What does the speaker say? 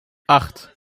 acht